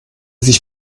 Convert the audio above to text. sich